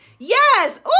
Yes